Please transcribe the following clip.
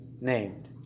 named